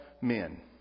men